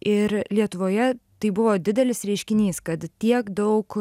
ir lietuvoje tai buvo didelis reiškinys kad tiek daug